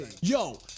Yo